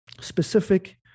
specific